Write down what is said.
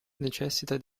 necessita